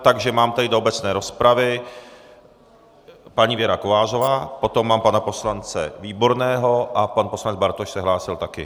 Takže mám tady do obecné rozpravy paní Věra Kovářová, potom mám pana poslance Výborného a pan poslanec Bartoš se hlásil taky.